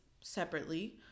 separately